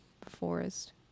forest